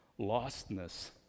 lostness